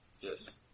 yes